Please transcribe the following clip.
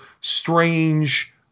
strange